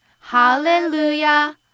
hallelujah